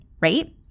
right